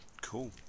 cool